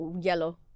yellow